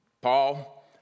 Paul